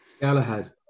Galahad